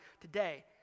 today